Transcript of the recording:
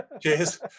cheers